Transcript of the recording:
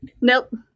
Nope